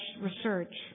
research